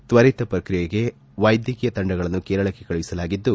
ತ್ವರಿತ ಪ್ರಕ್ರಿಯೆಗೆ ವೈದ್ಯಕೀಯ ತಂಡಗಳನ್ನು ಕೇರಳಕ್ಕೆ ಕಳಸಲಾಗಿದ್ದು